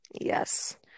Yes